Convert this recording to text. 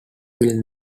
will